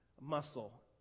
muscle